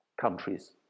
countries